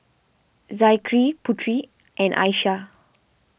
Zikri Putri and Aishah